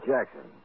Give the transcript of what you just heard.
Jackson